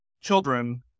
children